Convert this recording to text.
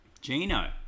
Gino